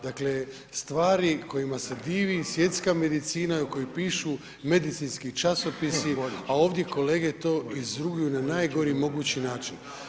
Dakle stvari kojima se divi svjetska medicina i o kojima pišu medicinski časopisi a ovdje kolege to izruguju na najgori mogući način.